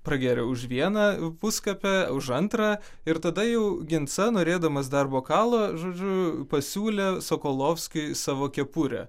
pragėrė už vieną puskapę už antrą ir tada jau ginsa norėdamas dar bokalo žodžiu pasiūlė sokolovskiui savo kepurę